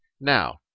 Now